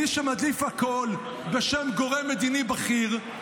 האיש שמדליף הכול בשם "גורם מדיני בכיר",